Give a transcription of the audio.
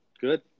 Good